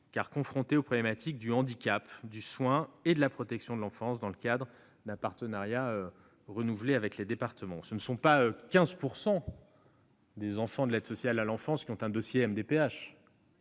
sont confrontés aux problématiques du handicap, du soin et de la protection de l'enfance, dans le cadre d'un partenariat renouvelé avec les départements. Je rappelle que ce sont non pas 15 %, mais plus de 25 % des enfants de l'aide sociale à l'enfance qui ont un dossier MDPH